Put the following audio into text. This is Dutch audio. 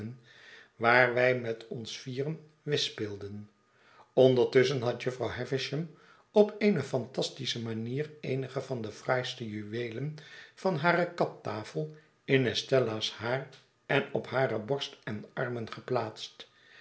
waar wij met ons vieren whist speelden ondertusschen had jufvrouw havisham op eene phantastische manier eenige van de fraaiste juweelen van hare kaptafel in estella's haar en op hare borst en armen geplaatst